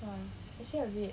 !wah! actually a bit